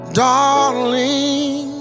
darling